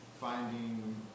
Finding